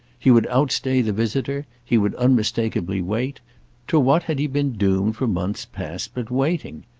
he would outstay the visitor he would unmistakeably wait to what had he been doomed for months past but waiting?